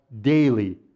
daily